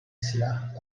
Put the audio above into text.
silah